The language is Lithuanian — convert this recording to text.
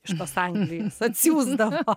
iš tos anglijos atsiųsdavo